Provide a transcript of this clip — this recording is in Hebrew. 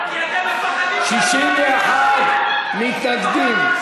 61 מתנגדים,